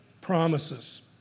promises